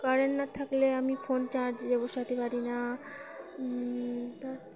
current না থাকলে আমি ফোন চার্জ বসাতে পারি না